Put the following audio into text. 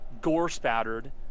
gore-spattered